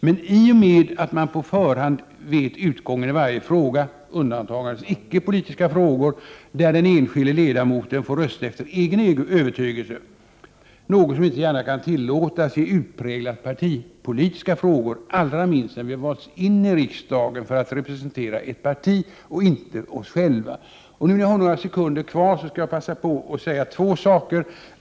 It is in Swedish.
Men i och med att man på förhand vet utgången av varje fråga — undantaget icke politiska frågor, där den enskilde ledamoten får rösta efter egen övertygelse, någonting som inte gärna kan tillåtas i utpräglat partipolitiska frågor, allra minst sedan vi valts in i riksdagen för att representera ett parti och inte oss själva — blir det ännu mindre intressant. Nu, när jag har några sekunder kvar, skall jag passa på att säga två saker.